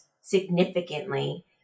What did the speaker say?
significantly